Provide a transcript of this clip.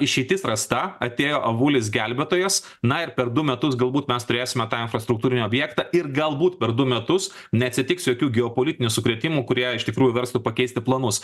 išeitis rasta atėjo avulis gelbėtojas na ir per du metus galbūt mes turėsime tą infrastruktūrinį objektą ir galbūt per du metus neatsitiks jokių geopolitinių sukrėtimų kurie iš tikrųjų verstų pakeisti planus